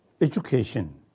education